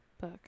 book